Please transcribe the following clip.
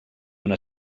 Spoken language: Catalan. una